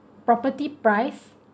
property price